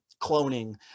cloning